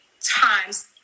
times